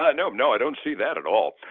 ah no, no, i don't see that at all.